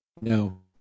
No